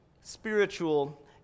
spiritual